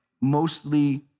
mostly